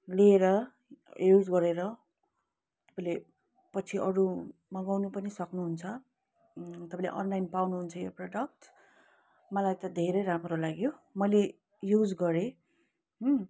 लिएर युज गरेर उसले पछि अरू मगाउनु पनि सक्नुहुन्छ तपाईँले अनलाइन पाउनुहुन्छ यो प्रडक्ट मलाई त धेरै राम्रो लाग्यो मैले युज गरेँ